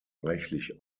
reichlich